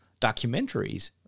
documentaries